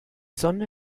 sonne